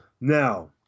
Now